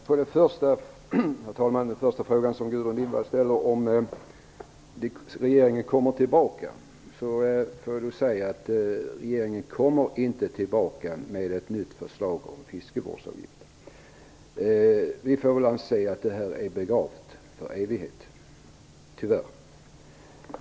Herr talman! Som svar på den första frågan som Gudrun Lindvall ställer, om regeringen kommer tillbaka, får jag lov att säga att regeringen inte kommer tillbaka med ett nytt förslag om fiskevårdsavgifter. Vi får väl anse att det här är begravt för evigt, tyvärr.